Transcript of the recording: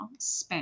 Spam